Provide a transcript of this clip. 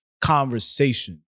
conversation